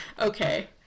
Okay